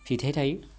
फिथहै थायो